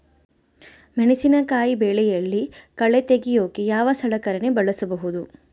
ಮೆಣಸಿನಕಾಯಿ ಬೆಳೆಯಲ್ಲಿ ಕಳೆ ತೆಗಿಯೋಕೆ ಯಾವ ಸಲಕರಣೆ ಬಳಸಬಹುದು?